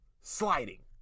Sliding